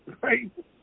Right